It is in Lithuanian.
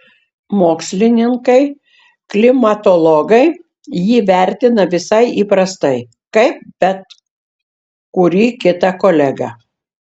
mokslininkai klimatologai jį vertina visai įprastai kaip bet kurį kitą kolegą